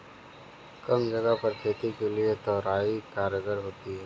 कम जगह पर खेती के लिए तोरई कारगर होती है